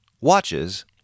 watches